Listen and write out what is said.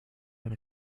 when